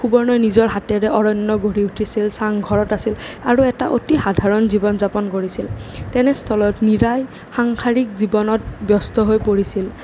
সুবৰ্ণই নিজৰ হাতেৰে অৰণ্য গঢ়ি উঠিছিল চাং ঘৰত আছিল আৰু এটা অতি সাধাৰণ জীৱন যাপন কৰিছিল তেনেস্থলত মীৰাই সাংসাৰিক জীৱনত ব্যস্ত হৈ পৰিছিল